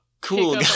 cool